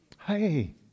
Hey